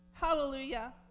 Hallelujah